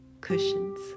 cushions